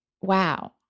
wow